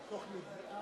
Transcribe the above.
אינו נוכח דוד אזולאי,